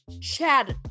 Chat